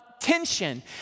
tension